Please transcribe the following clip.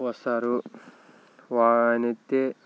వస్తారు వాడైతే